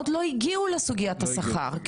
עוד לא הגיעו לסוגיית השכר,